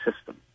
system